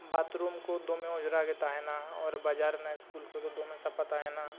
ᱠᱚ ᱫᱚᱢᱮ ᱚᱡᱽᱨᱟᱜᱮ ᱛᱟᱦᱮᱱᱟ ᱟᱨ ᱵᱟᱡᱟᱨ ᱨᱮᱱᱟᱜ ᱠᱚᱫᱚ ᱫᱚᱢᱮ ᱥᱟᱯᱷᱟ ᱛᱟᱦᱮᱱᱟ